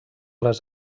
les